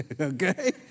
okay